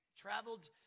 Traveled